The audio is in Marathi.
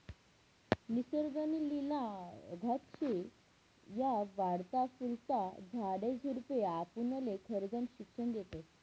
निसर्ग नी लिला अगाध शे, या वाढता फुलता झाडे झुडपे आपुनले खरजनं शिक्षन देतस